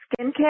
skincare